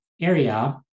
area